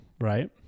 right